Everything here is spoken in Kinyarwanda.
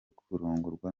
kurongorwa